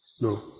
No